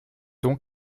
donc